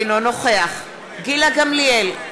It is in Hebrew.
אינו נוכח גילה גמליאל,